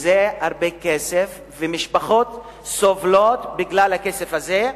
וזה הרבה כסף, ומשפחות סובלות בגלל הכסף הזה.